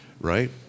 right